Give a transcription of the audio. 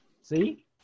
See